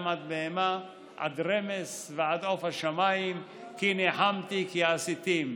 עד בהמה עד רמש ועד עוף השמים כי נִחמתי כי עשיתִם".